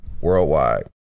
worldwide